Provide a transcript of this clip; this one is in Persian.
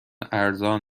ارزان